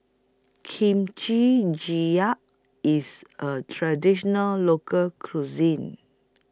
Kimchi Jjigae IS A Traditional Local Cuisine